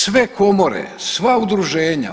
Sve komore, sva udruženja.